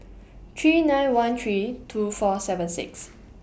three nine one three two four seven six